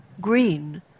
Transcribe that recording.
Green